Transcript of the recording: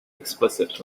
explicit